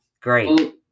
great